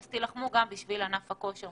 אז תלחמו גם בשביל ענף הכושר.